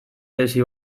tesi